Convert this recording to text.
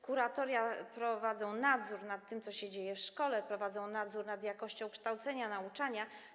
Kuratoria prowadzą nadzór nad tym, co się dzieje w szkole, prowadzą nadzór nad jakością kształcenia, nauczania.